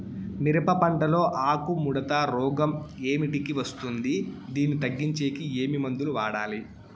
మిరప పంట లో ఆకు ముడత రోగం ఏమిటికి వస్తుంది, దీన్ని తగ్గించేకి ఏమి మందులు వాడాలి?